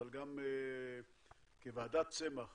אבל גם כוועדת צמח